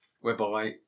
whereby